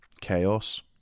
chaos